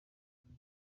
cyami